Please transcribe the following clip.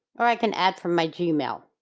or i can add from my gmail.